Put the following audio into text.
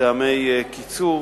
מטעמי קיצור: